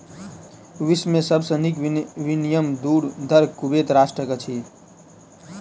विश्व में सब सॅ नीक विनिमय दर कुवैत राष्ट्रक अछि